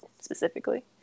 specifically